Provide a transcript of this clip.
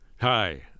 hi